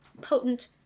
potent